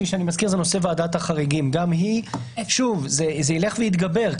שאני מזכיר הוא נושא ועדת החריגים זה ילך ויתגבר.